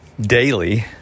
daily